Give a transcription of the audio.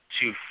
two